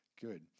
good